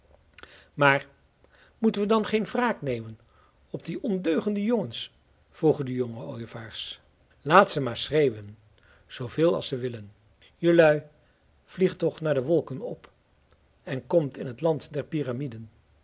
maar moeten we dan geen wraak nemen op die ondeugende jongens vroegen de jonge ooievaars laat ze maar schreeuwen zooveel als ze willen jelui vliegt toch naar de wolken op en komt in het land der piramiden